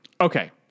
Okay